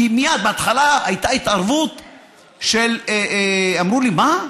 כי מייד בהתחלה הייתה התערבות של, אמרו לי: מה?